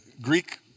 Greek